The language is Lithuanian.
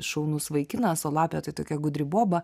šaunus vaikinas o lapė tai tokia gudri boba